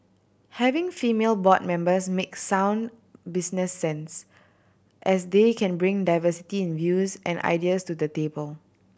having female board members makes sound business sense as they can bring diversity in views and ideas to the table